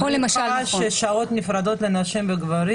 יש שעות נפרדות לנשים וגברים